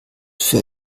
für